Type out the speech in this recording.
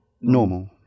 normal